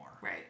right